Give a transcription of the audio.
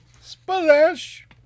Splash